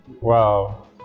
Wow